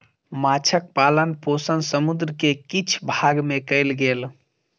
माँछक पालन पोषण समुद्र के किछ भाग में कयल गेल